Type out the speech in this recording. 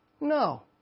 No